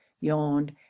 yawned